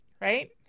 right